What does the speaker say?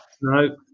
No